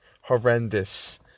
horrendous